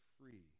free